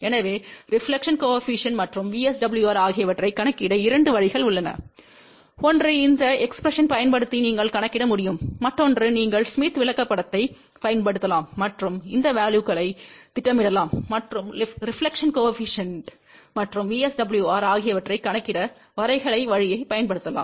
எனவே reflection coefficient மற்றும் VSWR ஆகியவற்றைக் கணக்கிட இரண்டு வழிகள் உள்ளன ஒன்று இந்த எஸ்பிரஸின்களை பயன்படுத்தி நீங்கள் கணக்கிட முடியும் மற்றொன்று நீங்கள் ஸ்மித் விளக்கப்படத்தைப் பயன்படுத்தலாம் மற்றும் இந்த வேல்யுகளைத் திட்டமிடலாம் மற்றும் ரெபிலெக்ஷன் கோஏபிசிஎன்ட் மற்றும் VSWR ஆகியவற்றைக் கணக்கிட வரைகலை வழியைப் பயன்படுத்தலாம்